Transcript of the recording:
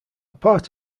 part